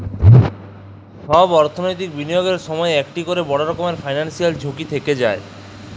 ছব অথ্থলৈতিক বিলিয়গের সময় ইকট ক্যরে বড় রকমের ফিল্যালসিয়াল ঝুঁকি থ্যাকে যায়